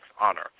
honor